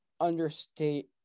understate